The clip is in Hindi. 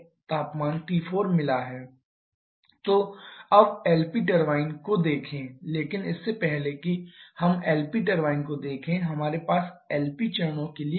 तो अब LP टरबाइन को देखें लेकिन इससे पहले कि हम LP टरबाइन को देखें हमारे पास LP चरणों के लिए क्या है